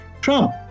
Trump